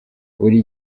buri